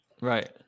right